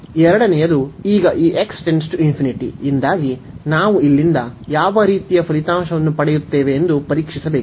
ಎರಡನೆಯದು ಈಗ ಈ ಯಿಂದಾಗಿ ನಾವು ಇಲ್ಲಿಂದ ಯಾವ ರೀತಿಯ ಫಲಿತಾಂಶವನ್ನು ಪಡೆಯುತ್ತೇವೆ ಎಂದು ಪರೀಕ್ಷಿಸಬೇಕು